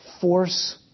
force